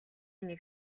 нэг